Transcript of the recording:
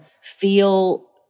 feel